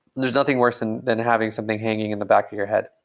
there's nothing worse and than having something hanging in the back of your head.